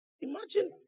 imagine